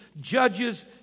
Judges